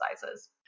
sizes